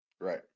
Right